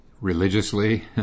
religiously